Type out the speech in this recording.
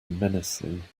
menacing